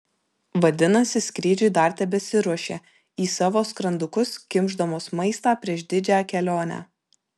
vadinasi skrydžiui dar tebesiruošia į savo skrandukus kimšdamos maistą prieš didžią kelionę